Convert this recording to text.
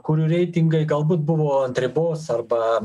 kurių reitingai galbūt buvo ant ribos arba